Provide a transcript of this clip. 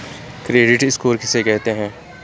Credit score किसे कहते हैं?